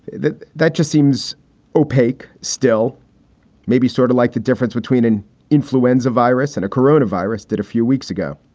that that just seems opaque. still maybe sort of like the difference between an influenza virus and a corona virus that a few weeks ago.